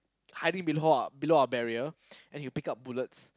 hiding below our below our barrier then he will pick up bullets